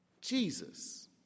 Jesus